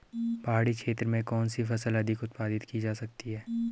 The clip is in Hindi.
पहाड़ी क्षेत्र में कौन सी फसल अधिक उत्पादित की जा सकती है?